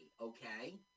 okay